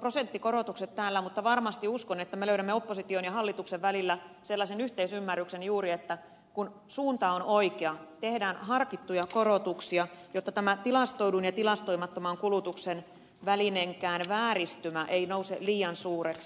prosenttikorotukset täällä mutta varmasti uskon että me löydämme opposition ja hallituksen välillä juuri sellaisen yhteisymmärryksen että kun suunta on oikea tehdään harkittuja korotuksia jotta tämä tilastoidun ja tilastoimattoman kulutuksen välinen vääristymäkään ei nouse liian suureksi